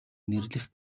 нэрлэх